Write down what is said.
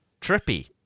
trippy